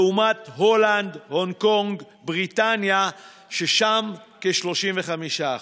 לעומת הולנד, הונג קונג, בריטניה, ששם זה כ-35%,